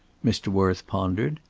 mr. worth pondered,